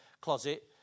closet